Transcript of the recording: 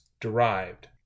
derived